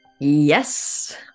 Yes